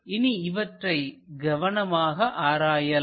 இனி இவற்றை கவனமாக ஆராயலாம்